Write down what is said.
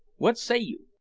what say you?